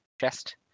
chest